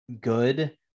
good